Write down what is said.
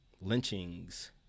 lynchings